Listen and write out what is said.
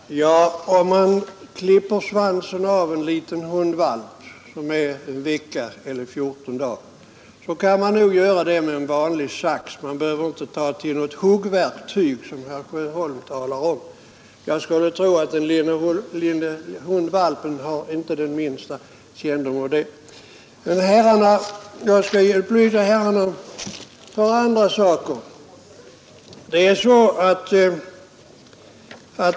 Herr talman! Om man klipper svansen av en liten hundvalp, som är en vecka eller fjorton dagar gammal, kan man nog göra det med en vanlig sax. Man behöver inte ta till något huggverktyg, som herr Sjöholm talar om. Jag skulle tro att den lilla hundvalpen inte känner det minsta av det. Jag skall upplysa herrarna om ett par andra saker.